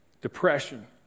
Depression